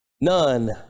none